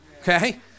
okay